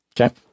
Okay